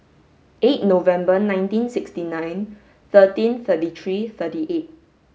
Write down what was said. eight November nineteen sixty nine thirteen thirty three thirty eight